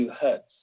hertz